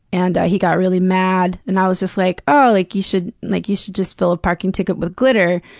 and he got really mad, and i was just like, oh, like you should like you should just fill a parking ticket with glitter,